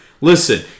listen